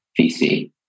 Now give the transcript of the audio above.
VC